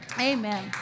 Amen